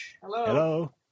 Hello